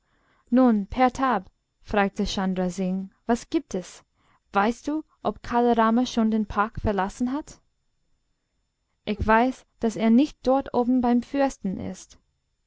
nun pertab fragte chandra singh was gibt es weißt du ob kala rama schon den park verlassen hat ich weiß daß er nicht dort oben beim fürsten ist